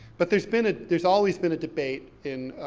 but there's been a, there's always been a debate in,